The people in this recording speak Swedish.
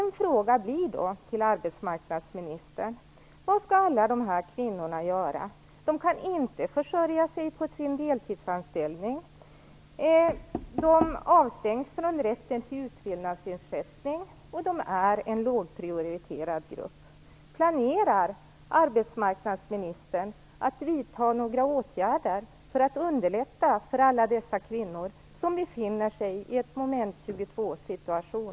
Vad skall alla de här kvinnorna göra? De kan inte försörja sig på sin deltidsanställning, de avstängs från rätten till utfyllnadsersättning, och de är en lågprioriterad grupp. Planerar arbetsmarknadsministern att vidta några åtgärder för att underlätta för alla dessa kvinnor, som befinner sig i en Moment-22-situation?